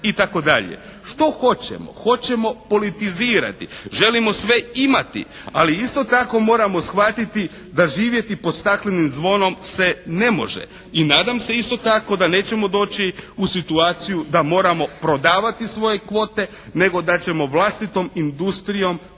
itd. Što hoćemo? Hoćemo politizirati, želimo sve imati, ali isto tako moramo shvatiti da živjeti pod staklenim zvonom se ne može i nadam se isto tako da nećemo doći u situaciju da moramo prodavati svoje kvote nego da ćemo vlastitom industrijom koristiti